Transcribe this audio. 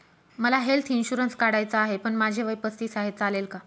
मला health insurance काढायचा आहे पण माझे वय पस्तीस आहे, चालेल का?